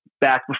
back